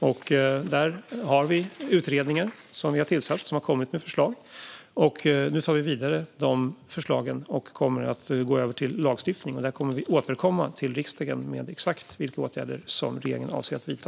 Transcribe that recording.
Vi har tillsatt en utredning som har kommit med förslag. Nu tar vi de förslagen vidare och kommer att gå över till lagstiftning. Vi kommer att återkomma till riksdagen med exakt vilka åtgärder regeringen avser att vidta.